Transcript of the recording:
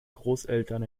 großeltern